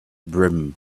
brim